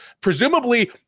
presumably